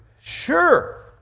Sure